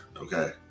Okay